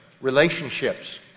relationships